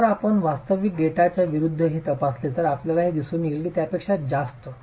पुन्हा जर आपण वास्तविक डेटाच्या विरूद्ध हे तपासले तर आपल्याला हे दिसून येईल की त्यापेक्षा जास्त